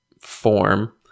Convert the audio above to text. form